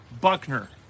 Buckner